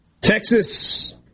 Texas